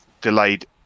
delayed